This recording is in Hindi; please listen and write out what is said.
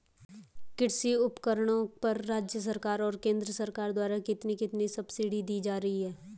कृषि उपकरणों पर राज्य सरकार और केंद्र सरकार द्वारा कितनी कितनी सब्सिडी दी जा रही है?